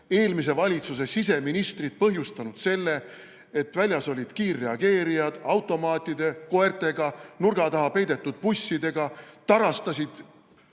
eelmise valitsuse siseministrid põhjustanud selle, et väljas olid kiirreageerijad automaatide ja koertega, nurga taha peidetud bussidega, kes tarastasid